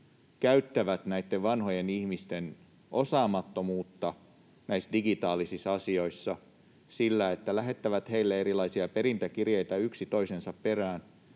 hyväksi näitten vanhojen ihmisten osaamattomuutta näissä digitaalisissa asioissa niin, että lähettävät heille erilaisia perintäkirjeitä yksi toisensa perään